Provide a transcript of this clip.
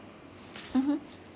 mmhmm